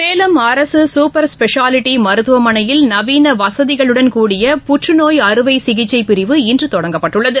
சேலம் அரசு super speciality மருத்துவமனையில் நவீன வசதிகளுடன்கூடிய புற்றுநோய் அறுவை சிகிச்சை பிரிவு இன்று தொடங்கப்பட்டுள்ளது